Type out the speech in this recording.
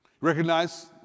Recognize